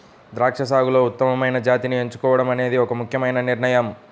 ద్రాక్ష సాగులో ఉత్తమమైన జాతిని ఎంచుకోవడం అనేది ఒక ముఖ్యమైన నిర్ణయం